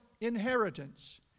inheritance